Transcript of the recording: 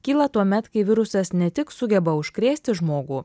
kyla tuomet kai virusas ne tik sugeba užkrėsti žmogų